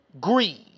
greed